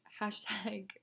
hashtag